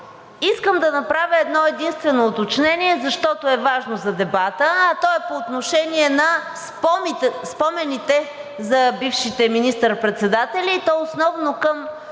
искам да направя едно-единствено уточнение, защото е важно за дебата, а то е по отношение на спомените за бившите министър-председатели, и то основно към